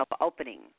opening